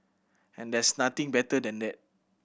and there's nothing better than that